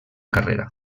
carrera